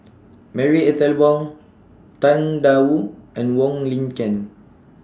Marie Ethel Bong Tang DA Wu and Wong Lin Ken